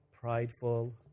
prideful